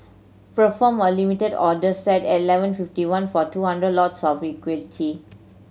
perform a Limit order set at eleven fifty one for two hundred lots of equity